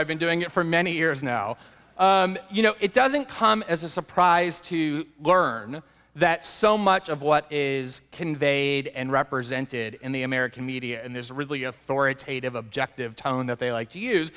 i've been doing it for many years now you know it doesn't come as a surprise to learn that so much of what is conveyed and represented in the american media and there's a really authoritative objective tone that they like to use